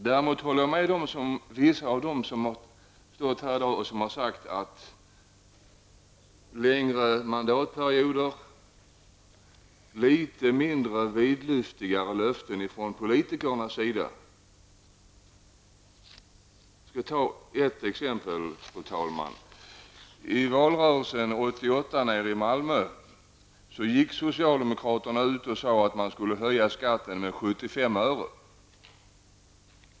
Däremot håller jag med vissa av dem som förespråkar längre mandatperioder och något mindre vidlyftiga löften från politikernas sida. Jag skall ge ett exempel. I valrörelsen 1988 gick socialdemokraterna i Malmö ut och sade att man skulle höja skatten med 75 öre.